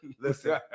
listen